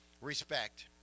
respect